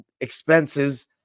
expenses